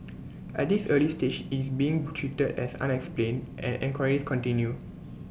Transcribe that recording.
at this early stage it's being treated as unexplained and enquiries continue